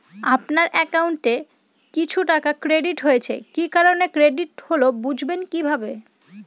আপনার অ্যাকাউন্ট এ কিছু টাকা ক্রেডিট হয়েছে কি কারণে ক্রেডিট হল বুঝবেন কিভাবে?